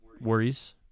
worries